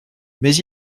mais